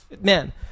Man